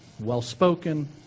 well-spoken